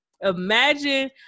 Imagine